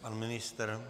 Pan ministr?